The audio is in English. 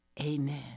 Amen